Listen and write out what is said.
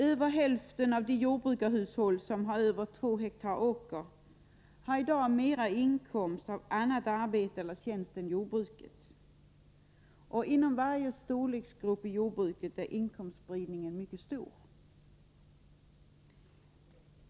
Över hälften av de jordbrukarhushåll som har över 2 ha åker har i dag mera inkomst av annat arbete eller annan tjänst än av jordbruket. Inom varje storleksgrupp i jordbruket är inkomstspridningen mycket stor.